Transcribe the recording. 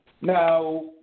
Now